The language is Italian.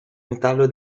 metallo